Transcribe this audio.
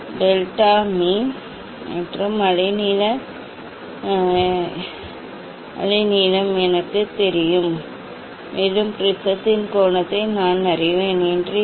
delta மீ மற்றும் அலைநீளம் எனக்குத் தெரியும் மேலும் ப்ரிஸத்தின் கோணத்தை நான் அறிவேன் என்று எனக்குத் தெரியும் அதனால் சரி என்று நினைக்கிறேன் அதனால் அந்த அட்டவணை இங்கே இல்லை